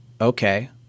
Okay